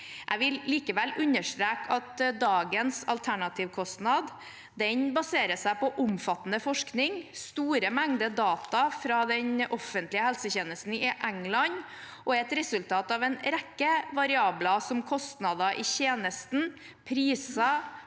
Jeg vil likevel understreke at dagens alternativkostnad baserer seg på omfattende forskning og store mengder data fra den offentlige helsetjenesten i England og er et resultat av en rekke variabler som kostnader i tjenesten, priser,